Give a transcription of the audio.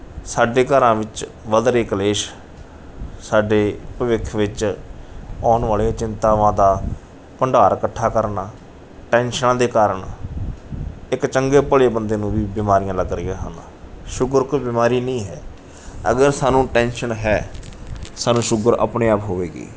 ਸਾਡੇ ਘਰਾਂ ਵਿੱਚ ਵੱਧ ਰਹੇ ਕਲੇਸ਼ ਸਾਡੇ ਭਵਿੱਖ ਵਿੱਚ ਆਉਣ ਵਾਲੀਆਂ ਚਿੰਤਾਵਾਂ ਦਾ ਭੰਡਾਰ ਇਕੱਠਾ ਕਰਨਾ ਟੈਂਨਸ਼ਨਾਂ ਦੇ ਕਾਰਨ ਇੱਕ ਚੰਗੇ ਭਲੇ ਬੰਦੇ ਨੂੰ ਵੀ ਬਿਮਾਰੀਆਂ ਲੱਗ ਰਹੀਆਂ ਹਨ ਸ਼ੂਗਰ ਕੋਈ ਬਿਮਾਰੀ ਨਹੀਂ ਹੈ ਅਗਰ ਸਾਨੂੰ ਟੈਨਸ਼ਨ ਹੈ ਸਾਨੂੰ ਸ਼ੂਗਰ ਆਪਣੇ ਆਪ ਹੋਵੇਗੀ